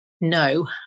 no